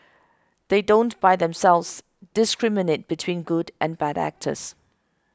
they don't by themselves discriminate between good and bad actors